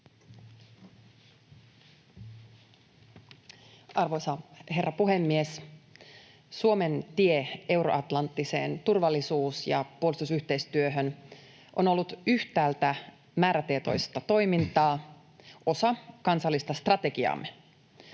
Arvoisa herra puhemies! Suomen tie euroatlanttiseen turvallisuus- ja puolustusyhteistyöhön on ollut yhtäältä määrätietoista toimintaa, osa kansallista strategiaamme,